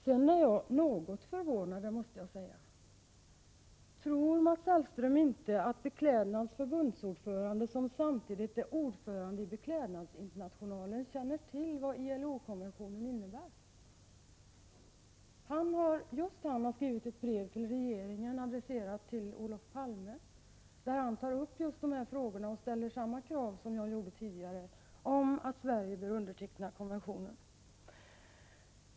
Jag måste säga att jag är något förvånad: Tror Mats Hellström inte att Beklädnads förbundsordförande, som samtidigt är ordförande i Beklädnadsinternationalen, känner till vad ILO-konventionen innebär? Just han har skrivit ett brev till regeringen, adresserat till Olof Palme, där han tar upp just dessa frågor och ställer samma krav som jag gjorde tidigare om att Sverige bör underteckna konventionen.